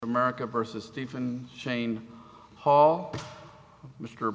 america versus stephen shane hall mr